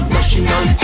National